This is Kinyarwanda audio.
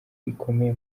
rikomeye